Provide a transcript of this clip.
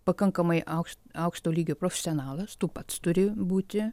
pakankamai aukš aukšto lygio profesionalas tu pats turi būti